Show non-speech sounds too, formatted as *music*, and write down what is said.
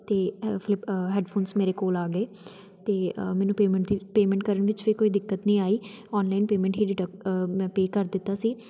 ਅਤੇ flip headphones ਮੇਰੇ ਕੋਲ ਆ ਗਏ ਅਤੇ ਮੈਨੂੰ ਪੇਮੈਂਟ 'ਚ ਪੇਮੈਂਟ ਕਰਨ ਵਿੱਚ ਵੀ ਕੋਈ ਦਿੱਕਤ ਨਹੀਂ ਆਈ ਔਨਲਾਈਨ ਪੇਮੈਂਟ ਹੀ *unintelligible* ਮੈਂ ਪੇਅ ਕਰ ਦਿੱਤਾ ਸੀ